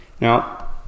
Now